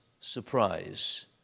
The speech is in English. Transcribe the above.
surprise